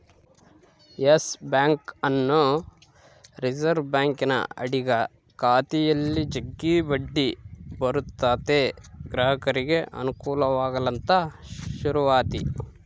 Yes ಬ್ಯಾಂಕನ್ನು reserve ಬ್ಯಾಂಕಿನ ಅಡಿಗ ಖಾತೆಯಲ್ಲಿ ಜಗ್ಗಿ ಬಡ್ಡಿ ಬರುತತೆ ಗ್ರಾಹಕರಿಗೆ ಅನುಕೂಲವಾಗಲಂತ ಶುರುವಾತಿ